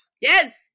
Yes